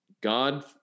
God